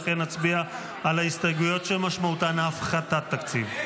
לכן נצביע על ההסתייגויות שמשמעותן הפחתת תקציב.